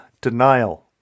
denial